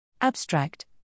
Abstract